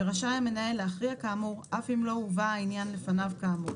ורשאי המנהל להכריע כאמור אף אם לא הובא העניין לפניו כאמור.